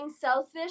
selfish